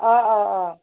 অঁ অঁ অঁ